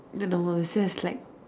then the world is just like